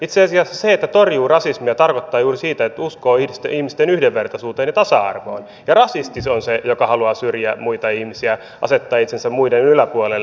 itse asiassa se että torjuu rasismia tarkoittaa juuri sitä että uskoo ihmisten yhdenvertaisuuteen ja tasa arvoon ja rasisti se on se joka haluaa syrjiä muita ihmisiä asettaa itsensä muiden yläpuolelle